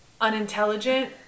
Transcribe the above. unintelligent